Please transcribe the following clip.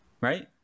right